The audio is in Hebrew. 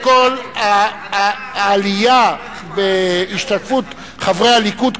קודם כול, העלייה בהשתתפות חברי הליכוד כרגע,